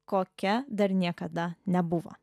kokia dar niekada nebuvo